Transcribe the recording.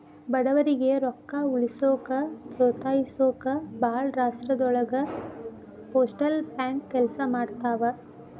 ಬಡವರಿಗಿ ರೊಕ್ಕ ಉಳಿಸೋಕ ಪ್ರೋತ್ಸಹಿಸೊಕ ಭಾಳ್ ರಾಷ್ಟ್ರದೊಳಗ ಪೋಸ್ಟಲ್ ಬ್ಯಾಂಕ್ ಕೆಲ್ಸ ಮಾಡ್ತವಾ